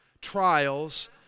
trials